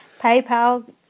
PayPal